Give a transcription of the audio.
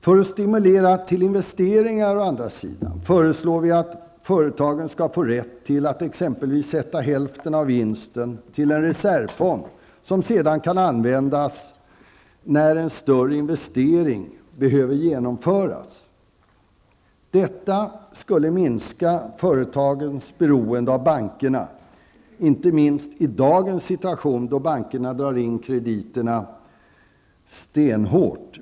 För att stimulera till investeringar föreslår vi att företagen skall få rätt att avsätta hälften av vinsten till en reservfond, som sedan kan användas när en större investering behöver genomföras. Detta skulle minska företagens beroende av bankerna, inte minst i dagens situation då bankerna stenhårt drar in krediterna.